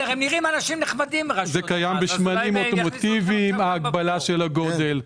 זה קיים בשמנים אוטומטיביים ההגבלה של הגודל.